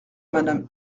madame